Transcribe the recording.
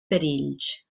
perills